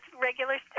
regular